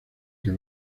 que